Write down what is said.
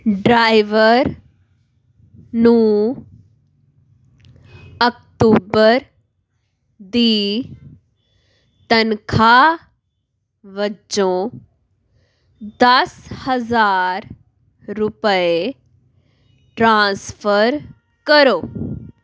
driver ਨੂੰ ਅਕਤੂਬਰ ਦੀ ਤਨਖਾਹ ਵਜੋਂ ਦਸ ਹਜ਼ਾਰ ਰੁਪਏ ਟ੍ਰਾਂਸਫਰ ਕਰੋ